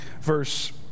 verse